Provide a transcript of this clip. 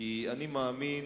כי אני מאמין